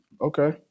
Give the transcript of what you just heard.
Okay